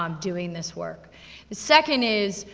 um doing this work. the second is,